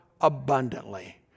abundantly